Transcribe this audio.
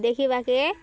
ଦେଖିବାକେ